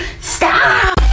Stop